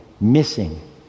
missing